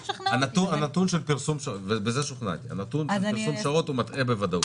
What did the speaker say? הנתון של פרסום ודאות הוא מטעה בוודאות.